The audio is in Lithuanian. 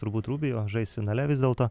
turbūt rubio žais finale vis dėlto